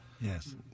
Yes